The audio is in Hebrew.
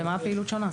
במה הפעילות שונה?